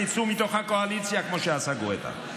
תצאו מתוך הקואליציה כמו שעשה גואטה.